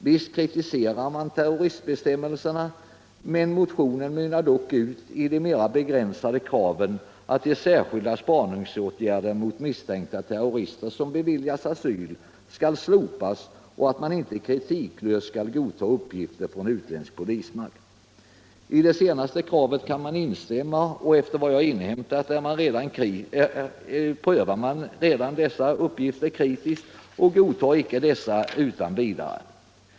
Visst kritiserar man terroristbestämmelserna, men motionen mynnar ut i de mera begränsade kraven att de särskilda spaningsåtgärderna mot misstänkta terrorister som beviljats asyl skall slopas och att man inte kritiklöst skall godta uppgifter från utländsk polismakt. Det senaste kravet kan man instämma i, och efter vad jag inhämtat prövar man redan sådana uppgifter kritiskt och godtar dem icke utan vidare.